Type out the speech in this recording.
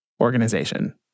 organization